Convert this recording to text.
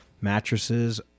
mattresses